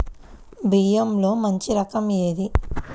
బియ్యంలో మంచి రకం ఏది?